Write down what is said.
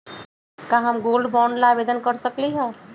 का हम gold bond ला आवेदन कर सकली ह?